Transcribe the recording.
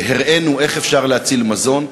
הראינו איך אפשר להציל מזון,